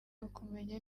ukumenya